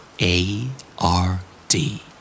A-R-D